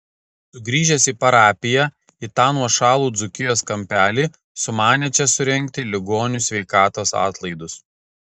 sugrįžęs į parapiją į tą nuošalų dzūkijos kampelį sumanė čia surengti ligonių sveikatos atlaidus